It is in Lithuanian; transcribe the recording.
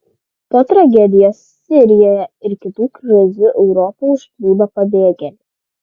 po tragedijos sirijoje ir kitų krizių europą užplūdo pabėgėliai